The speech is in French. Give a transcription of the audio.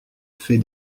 fée